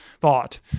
thought